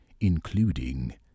including